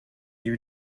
you